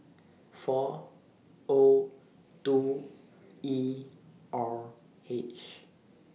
four O two E R H